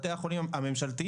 בתי החולים הממשלתיים,